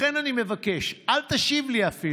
לכן אני מבקש, אל תשיב לי אפילו: